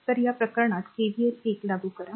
तर या प्रकरणात केव्हीएल १ लागू करा